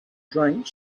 drank